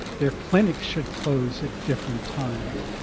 their clinics should close at different times.